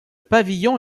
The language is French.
pavillon